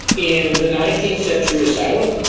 in the nineteenth century asylum,